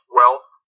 wealth